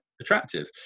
attractive